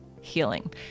healing